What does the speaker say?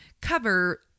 cover